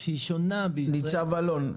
שהיא שונה בישראל --- ניצב אלון,